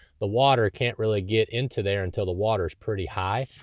the water can't really get into there until the water's pretty high.